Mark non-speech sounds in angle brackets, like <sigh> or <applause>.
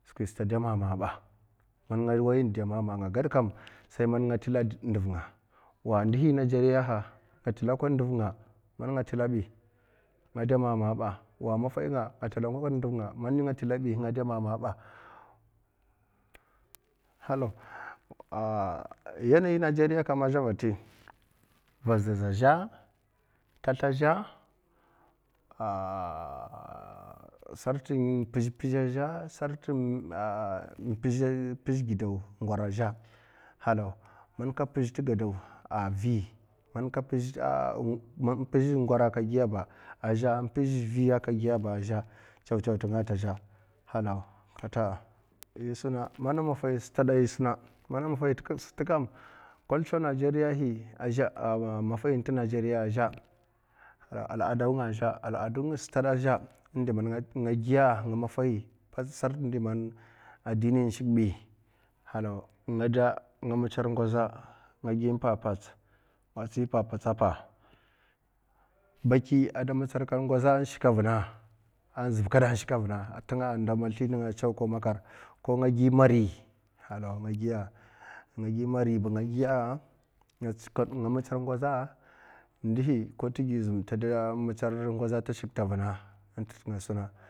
Suti sata a'r da mamabi man nga waida mama a’ nga kan manga tela ndulnga wa ndohi nejeri nga tela kon nɗuvnga man tela kon ngada mamaba halaw <hesitation> yanayi nijeria’ zhu vati vazaz a'zhe tasla as zha <hesitation> sarkin. Bizh bizhe a'zhe inm pizh gidaw ngwara a'zhe halaw man ka pizh gidaw a’ vi a’ zhe man pizh ngara ba a’ kapizheba ə zhe hala mana kad stada i suna mana maffahi te nigeri a’ zhe ala danga a’ zhe ala'da nga a’ zhe a’ nga maffahi pats sar ta di man r a'dini in shik bi nga da mitsir ngoza agagi pa patsa pa taki a’ da mitsar kadngoza a’ zhab kada a’ shika vuna a’ nda masli nglinga a’ ko ngagi mari halaw nga giya a’ ngagi mari ba nga giya a’ nga mitsar ngoza a’ ndihi ko tegizumba te mitsira a’ in tukan nga suna.